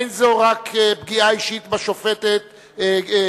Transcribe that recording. אין זו רק פגיעה אישית בשופטת בייניש,